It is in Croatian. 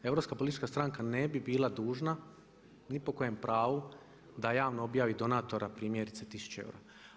Europska politička stranka ne bi bila dužna ni po kojem pravu da javno objavi donatora primjerice 1000 eura.